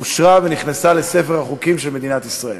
אושרה ונכנסה לספר החוקים של מדינת ישראל.